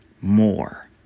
more